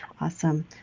Awesome